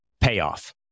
payoff